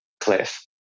cliff